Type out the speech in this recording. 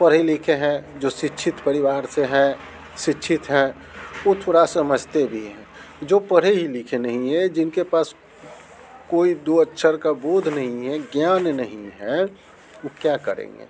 पढ़े लिखे हैं जो शिक्षित परिवार से हैं शिक्षित हैं वो थोड़ा समझते भी हैं जो पढ़े ही लिखे नहीं है जिनके पास कोई दो अक्षर का बोध नहीं है ज्ञान नहीं है वो क्या करेंगे